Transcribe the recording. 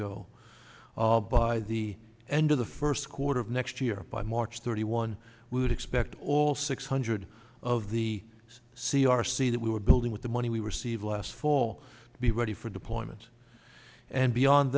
go by the end of the first quarter of next year by march thirty one we would expect all six hundred of the c r c that we were building with the money we received last fall be ready for deployment and beyond